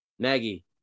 Maggie